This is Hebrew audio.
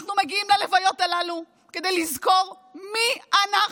אנחנו מגיעים ללוויות הללו כדי לזכור מי אנחנו.